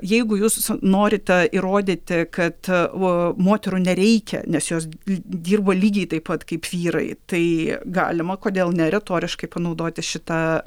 jeigu jūs norite įrodyti kad a moterų nereikia nes jos dirba lygiai taip pat kaip vyrai tai galima kodėl ne retoriškai panaudoti šitą